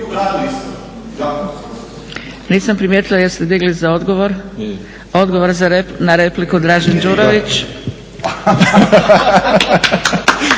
Nisam primijetila jel' ste digli za odgovor? Odgovor na repliku Dražen Đurović.